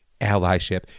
allyship